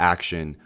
Action